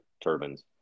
turbines